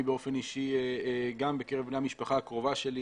אני באופן אישי גם בקרב בני המשפחה הקרובה שלי